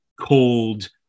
cold